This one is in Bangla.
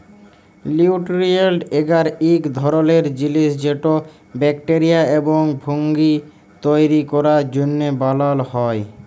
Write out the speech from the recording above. লিউটিরিয়েল্ট এগার ইক ধরলের জিলিস যেট ব্যাকটেরিয়া এবং ফুঙ্গি তৈরি ক্যরার জ্যনহে বালাল হ্যয়